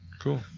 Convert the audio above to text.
cool